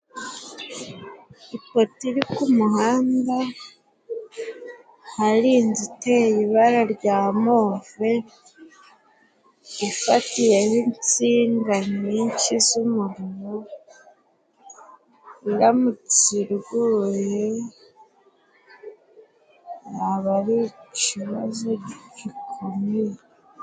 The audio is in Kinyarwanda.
Ipoto iri ku muhanda, hari inzu iteye ibara rya move, ifatiyeho insinga nyinshi z'umuriro, iramutse iguye yaba ari ikibazo gikomeye.